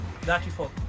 34